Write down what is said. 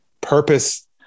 purpose